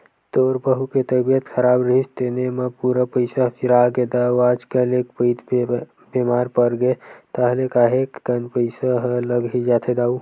तोर बहू के तबीयत खराब रिहिस तेने म पूरा पइसा ह सिरागे दाऊ आजकल एक पइत बेमार परगेस ताहले काहेक कन पइसा ह लग ही जाथे दाऊ